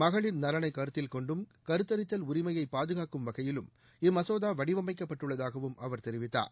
மகளிர் நலனை கருத்தில் கொண்டும் கருத்தரித்தல் உரிமையை பாதுகாக்கும் வகையிலும் இம்மசோதா வடிவமைக்கப்பட்டுள்ளதாகவும் அவர் தெரிவித்தார்